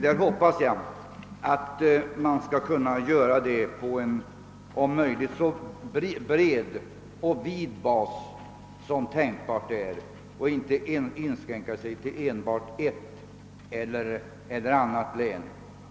Jag hoppas att detta skall kunna ske på så bred basis som möjligt och att beställningarna inte inskränkes till endast ett eller annat län.